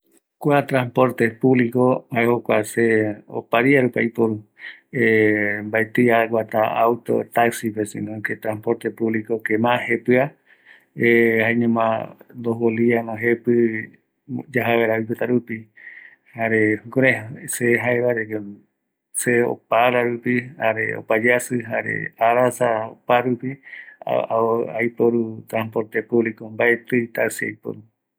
﻿Kua tranporte publico, jae jokua se opa ria rupi aiporu, mbaetii aguata autope, taxipe, sino que transporte publikope ma jepia jaeñoma dos boliviano jepi yaja vaera oipota rupi, jare jukurai se jaeva de que, se opa ara rupi, jare opa yasi, arasa oparupi a aiporu transporte publico, mbaetio taxi aiporu